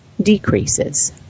decreases